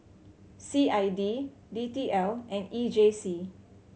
C I D D T L and E J C